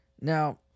Now